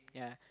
yeah